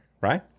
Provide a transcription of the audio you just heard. right